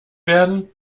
werden